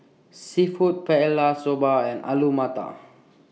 Seafood Paella Soba and Alu Matar